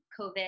COVID